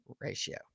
ratio